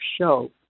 show